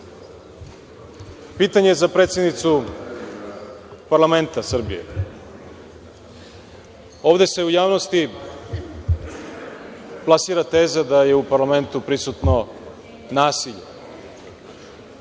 za predsednicu parlamenta Srbije. Ovde se u javnosti plasira teza da je u parlamentu prisutno nasilje.